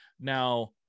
now